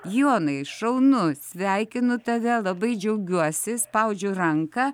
jonai šaunu sveikinu tave labai džiaugiuosi spaudžiu ranką